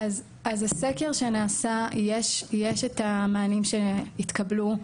הסקר שנעשה, יש את המענים שהתקבלו.